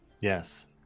Yes